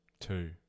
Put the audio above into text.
Two